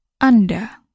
Anda